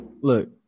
Look